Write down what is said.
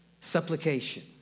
supplication